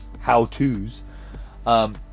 how-tos